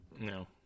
no